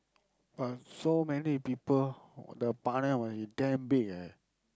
but so many people the paanai must be damn big eh